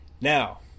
Now